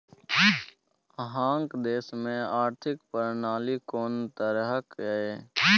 अहाँक देश मे आर्थिक प्रणाली कोन तरहक यै?